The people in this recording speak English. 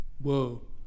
Whoa